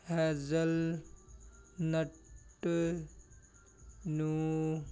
hazelnut ਨੂੰ